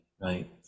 right